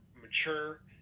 mature